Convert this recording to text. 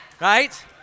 right